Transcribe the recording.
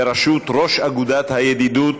בראשות ראש אגודת הידידות,